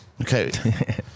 Okay